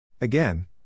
Again